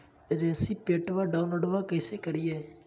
रेसिप्टबा डाउनलोडबा कैसे करिए?